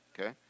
Okay